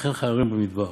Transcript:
ושכן חררים במדבר